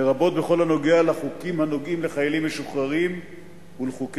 לרבות בכל הנוגע לחוקים הנוגעים לחיילים משוחררים ולשיקום.